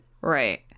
Right